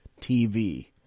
tv